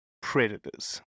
predators